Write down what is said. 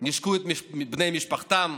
מה עוד שהכניסו גורם נוסף, הרשות לעסקים קטנים.